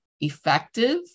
effective